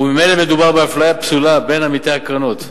וממילא מדובר באפליה פסולה בין עמיתי הקרנות.